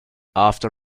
after